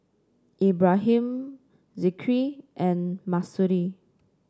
Ibrahim Zikri and Mahsuri